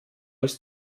ist